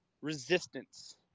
resistance